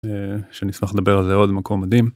שנשמח לדבר על זה עוד מקום מדהים.